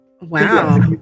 Wow